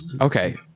okay